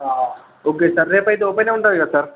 ఆ okay sir రేపు అయితే ఓపెన్ అయి ఉంటుంది కదా సార్